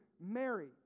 Mary